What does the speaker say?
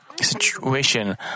situation